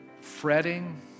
fretting